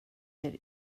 that